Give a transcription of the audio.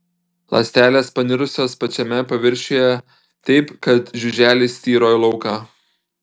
ląstelės panirusios pačiame paviršiuje taip kad žiuželiai styro į lauką